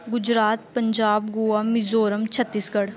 Gujarat Punjab Goa Mizoram Chhattisgarh